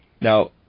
Now